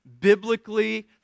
biblically